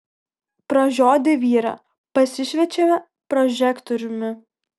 pražiodę vyrą pasišviečia prožektoriumi